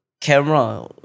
camera